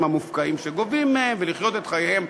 המופקעים שגובים מהם ולחיות את חייהם,